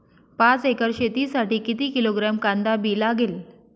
पाच एकर शेतासाठी किती किलोग्रॅम कांदा बी लागेल?